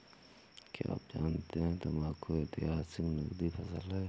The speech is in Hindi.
क्या आप जानते है तंबाकू ऐतिहासिक नकदी फसल है